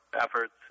efforts